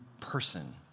person